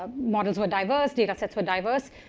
ah models were diverse, data sets were diverse,